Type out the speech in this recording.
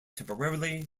temporarily